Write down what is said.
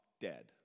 dead